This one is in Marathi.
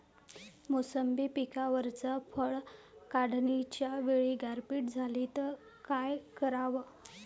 मोसंबी पिकावरच्या फळं काढनीच्या वेळी गारपीट झाली त काय कराव?